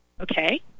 Okay